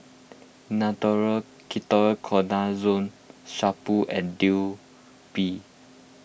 Nutren Ketoconazole Shampoo and Bee